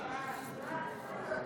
הצבעה.